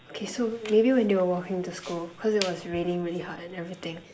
okay so maybe when they were walking to school because it was raining really hard and everything